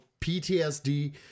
PTSD